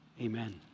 Amen